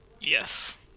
Yes